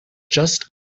just